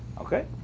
Okay